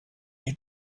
you